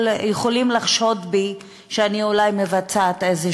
יכולים לחשוד בי שאני אולי מבצעת איזה